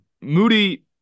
Moody